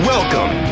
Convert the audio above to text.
Welcome